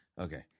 okay